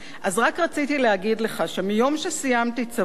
אז רק רציתי להגיד לך שמיום שסיימתי צבא,